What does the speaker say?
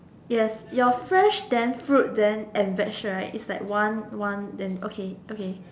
yes your fresh then fruit then and vege right is like one one then okay okay